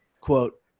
quote